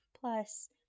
Plus